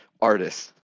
artists